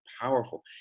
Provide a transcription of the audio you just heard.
powerful